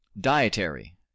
Dietary